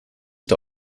der